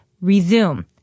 resume